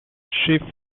she